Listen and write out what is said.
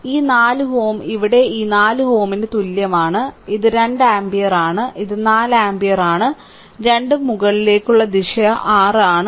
ഈ 4Ω ഇവിടെ ഈ 4Ω ന് തുല്യമാണ് ഇത് 2 ആമ്പിയർ ആണ് ഇത് 4 ആമ്പിയർ ആണ് രണ്ടും മുകളിലേക്കുള്ള ദിശ R ആണ്